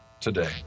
today